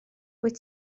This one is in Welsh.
wyt